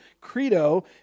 Credo